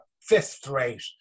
fifth-rate